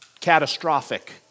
catastrophic